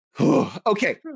Okay